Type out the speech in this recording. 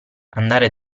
andare